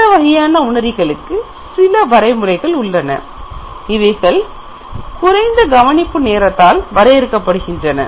இந்த வகையான உணரிகளுக்கு சில வரைமுறைகள் உள்ளன இவைகள் குறைந்த கவனிப்பு நேரத்தில் வரையறுக்கப்படுகின்றன